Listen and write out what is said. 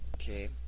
Okay